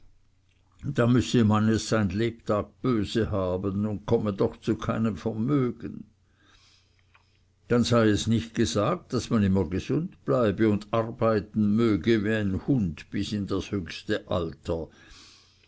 da müsse man es sein lebtag böse haben und komme doch zu keinem vermögen dann sei es nicht gesagt daß man immer gesund bleibe und arbeiten möge wie ein hund bis in das höchste alter